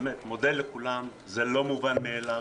מודה לכולם, זה לא מובן מאליו,